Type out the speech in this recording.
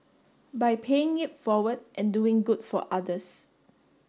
by paying it forward and doing good for others